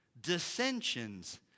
dissensions